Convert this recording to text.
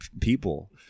people